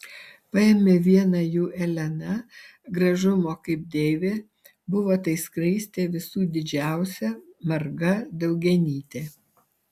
paėmė vieną jų elena gražumo kaip deivė buvo tai skraistė visų didžiausia marga daugianytė